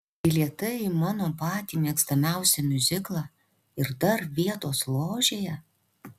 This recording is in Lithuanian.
bilietai į mano patį mėgstamiausią miuziklą ir dar vietos ložėje